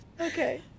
Okay